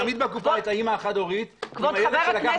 ולהעמיד בקופה את האמא החד-הורית ושהילד לקח